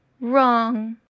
wrong